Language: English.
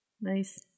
Nice